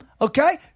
okay